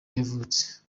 yavutse